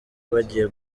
bagiye